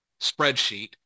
spreadsheet